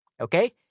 okay